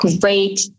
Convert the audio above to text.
Great